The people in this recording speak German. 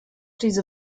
diese